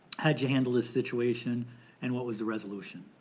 how did you handle the situation and what was the resolution?